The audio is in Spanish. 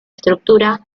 estructura